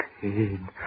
pain